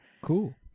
Cool